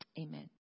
Amen